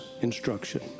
instruction